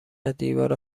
ازدیوار